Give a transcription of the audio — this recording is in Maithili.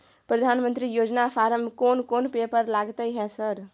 प्रधानमंत्री योजना फारम कोन कोन पेपर लगतै है सर?